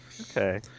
Okay